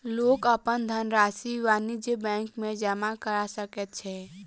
लोक अपन धनरशि वाणिज्य बैंक में जमा करा सकै छै